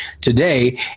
today